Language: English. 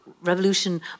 revolution